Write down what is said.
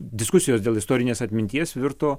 diskusijos dėl istorinės atminties virto